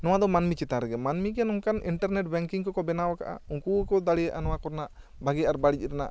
ᱱᱚᱣᱟ ᱫᱚ ᱢᱟᱹᱱᱢᱤ ᱪᱮᱛᱟᱱ ᱨᱮᱜᱮ ᱢᱟᱹᱱᱢᱤ ᱱᱚᱝᱠᱟᱱ ᱤᱱᱴᱟᱨᱱᱮᱴ ᱵᱮᱝᱠᱤᱝ ᱠᱚ ᱠᱚ ᱵᱮᱱᱟᱣ ᱟᱠᱟ ᱩᱱᱠᱩ ᱜᱮᱠᱚ ᱫᱟᱲᱮᱭᱟᱜᱼᱟ ᱱᱚᱣᱟ ᱠᱚᱨᱮᱱᱟᱜ ᱵᱷᱟᱹᱜᱤ ᱟᱨ ᱵᱟᱹᱲᱤᱡ ᱨᱮᱱᱟᱜ